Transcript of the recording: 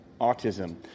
autism